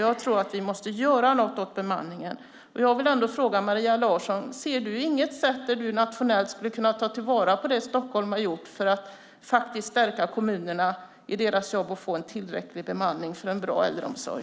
Jag tror att vi måste göra något åt bemanningen. Jag vill ändå fråga Maria Larsson: Ser du inget sätt hur vi nationellt skulle kunna ta till vara det som man i Stockholm har gjort för att stärka kommunerna i deras jobb för att få en tillräcklig bemanning i en bra äldreomsorg?